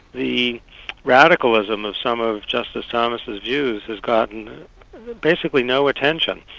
the radicalism of some of justice thomas's views has gotten basically no attention.